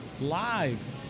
live